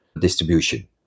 distribution